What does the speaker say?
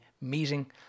meeting